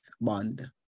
bond